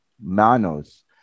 manos